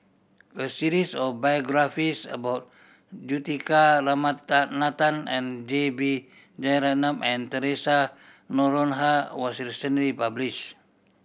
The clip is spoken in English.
a series of biographies about Juthika Ramanathan and J B Jeyaretnam and Theresa Noronha was recently published